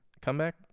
comeback